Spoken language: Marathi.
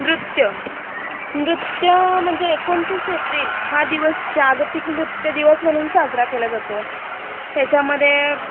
नृत्य नृत्य म्हणजे एकोणतीस एप्रिल हा दिवस जागतिक नृत्य दिवस म्हणून साजरा केला जातो त्याच्यामध्ये